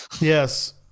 Yes